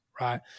right